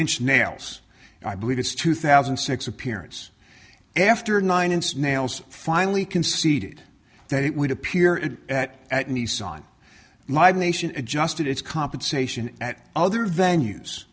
inch nails i believe it's two thousand and six appearance after nine ensnare else finally conceded that it would appear it at at nissan live nation adjusted its compensation at other venues